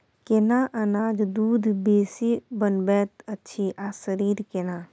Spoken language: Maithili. केना अनाज दूध बेसी बनबैत अछि आ शरीर केना?